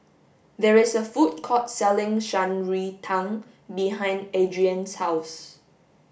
there is a food court selling Shan Rui Tang behind Adriane's house